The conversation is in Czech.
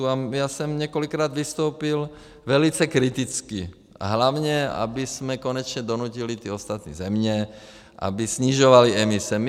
A já jsem několikrát vystoupil velice kriticky a hlavně, abychom konečně donutili ty ostatní země, aby snižovaly emise.